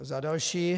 Za další.